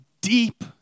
deep